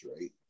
right